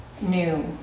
new